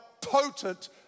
potent